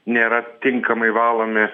nėra tinkamai valomi